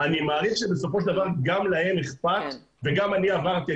אני מעריך שבסופו של דבר גם להם אכפת וגם אני עברתי,